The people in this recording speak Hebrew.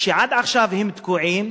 עד עכשיו הם תקועים,